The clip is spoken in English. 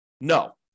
No